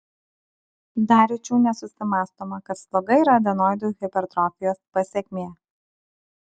dar rečiau nesusimąstoma kad sloga yra adenoidų hipertrofijos pasekmė